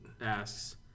asks